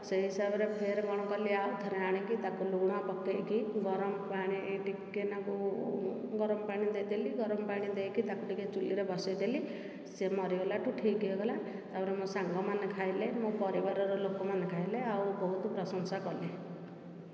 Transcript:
ସେହି ହିସାବରେ ଫେରେ କଣ କଲି ଆଉ ଥରେ ଆଣିକି ତାକୁ ଲୁଣ ପକାଇକି ଗରମ ପାଣି ଟିକେ ନାକୁ ଗରମ ପାଣି ଦେଇ ଦେଲି ଗରମ ପାଣି ଦେଇକି ତାକୁ ଟିକେ ଚୁଲିରେ ବସାଇ ଦେଲି ସେ ମରି ଗଲାଠୁ ଠିକ୍ ହୋଇଗଲା ତାପରେ ମୋ ସାଙ୍ଗମାନେ ଖାଇଲେ ମୋ ପରିବାରର ଲୋକମାନେ ଖାଇଲେ ଆଉ ବହୁତ ପ୍ରଶଂସା କଲେ